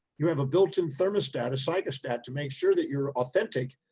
you have a built in thermostat, a psychostat to make sure that you're authentic.